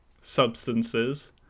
substances